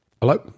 Hello